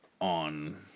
on